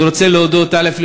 אני רוצה להודות, א.